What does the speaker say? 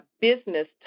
business